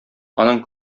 аның